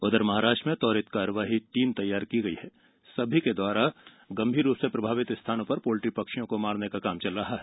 उधर महाराष्ट्र में त्वरित कारवाई टीम तैनात की गई है और सभी गंभीर रूप से प्रभावित स्थानों पर पोल्ट्री पक्षियों को मारने का काम चल रहा है